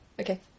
okay